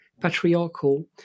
patriarchal